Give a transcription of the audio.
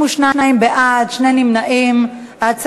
בשירותים ובכניסה למקומות בידור ולמקומות ציבוריים (תיקון מס'